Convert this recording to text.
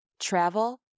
travel